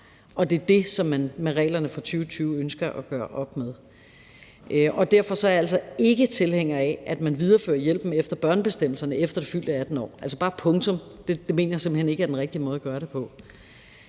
Det er det, som man med reglerne fra 2020 ønsker at gøre op med. Derfor er jeg altså ikke tilhænger af, at man viderefører hjælpen efter børnebestemmelserne efter det fyldte 18. år. Punktum. Det mener jeg simpelt hen ikke er den rigtige måde at gøre det på.